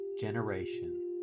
generation